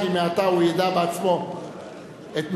כי מעתה הוא ידע בעצמו את מקומו.